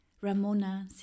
Ramona